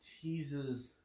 teases